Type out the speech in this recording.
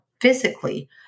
physically